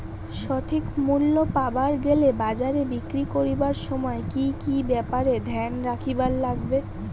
সঠিক মূল্য পাবার গেলে বাজারে বিক্রি করিবার সময় কি কি ব্যাপার এ ধ্যান রাখিবার লাগবে?